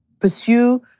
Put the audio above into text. pursue